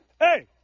Hey